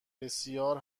بسیار